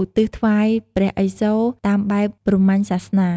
ឧទ្ទិសថ្វាយព្រះឥសូរតាមបែបព្រាហ្មញ្ញសាសនា។